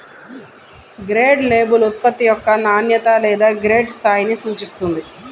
grade label ఉత్పత్తి యొక్క నాణ్యత లేదా గ్రేడ్ స్థాయిని సూచిస్తుంది